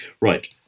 right